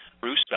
Bruce